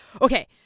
okay